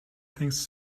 things